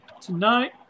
Tonight